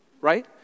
Right